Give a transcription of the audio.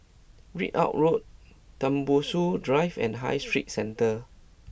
Ridout Road Tembusu Drive and High Street Centre